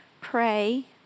pray